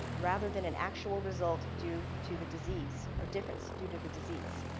rather than an actual result due to the disease or difference due to the disease.